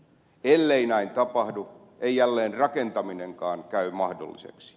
ellei näin tapahdu ei jälleenrakentaminenkaan käy mahdolliseksi